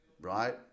right